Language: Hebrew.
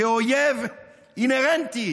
כאויב אינהרנטי